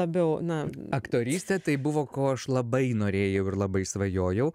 labiau na aktorystė tai buvo ko aš labai norėjau ir labai svajojau